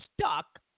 stuck